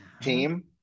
team